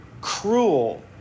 cruel